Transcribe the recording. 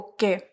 Okay